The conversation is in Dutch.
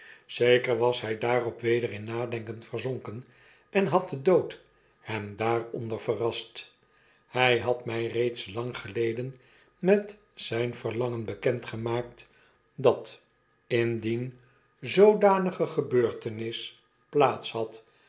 zeker was hy daarop weder in nadenken verzonken enhad de dood hem daaronder verrast hy had my reeds lang geleden met zyn verlangen bekend gemaakt dat indien zoodanige gebeurtenis plaats had